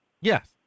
Yes